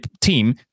team